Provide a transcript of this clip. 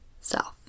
self